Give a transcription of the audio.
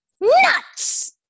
Nuts